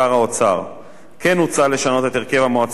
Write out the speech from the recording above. כן הוצע לשנות את הרכב המועצה כך שנוסף על חמישה